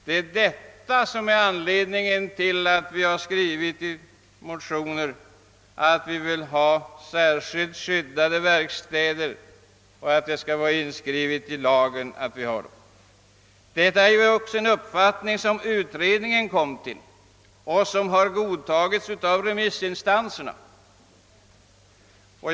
Detta är alltså anledningen till att vi motionerat om = särskilda skyddade verkstäder och om inskrivning i lagen av skyldighet att hålla dylika. Den uppfattningen kom också utredningen till och den har även godtagits av remissinstanserna.